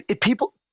people